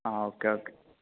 ആ okay okay